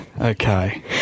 Okay